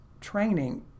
training